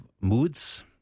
moods